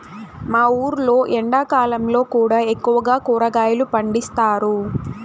మా ఊర్లో ఎండాకాలంలో కూడా ఎక్కువగా కూరగాయలు పండిస్తారు